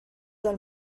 del